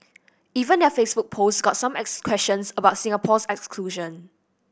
even their Facebook post got some questions about Singapore's exclusion